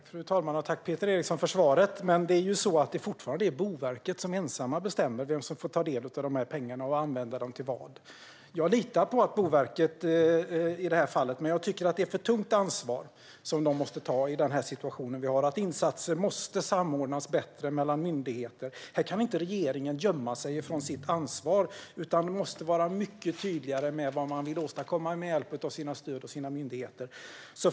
Fru talman! Tack, Peter Eriksson, för svaret! Men det är fortfarande Boverket som ensamt bestämmer vem som får ta del av pengarna och vad de ska användas till. Jag litar på Boverket i det här fallet, men jag tycker att det är ett för tungt ansvar de måste ta i den situation som råder och att insatser måste samordnas bättre mellan myndigheter. Här kan inte regeringen fly från sitt ansvar, utan man måste vara mycket tydligare med vad man vill åstadkomma med hjälp av sina stöd och sina myndigheter.